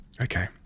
okay